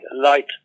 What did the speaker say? light